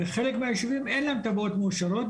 חלק מהישובים אין להם תב"עות מאושרות,